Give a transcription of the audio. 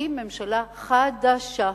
יקים ממשלה חדשה.